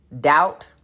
doubt